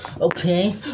okay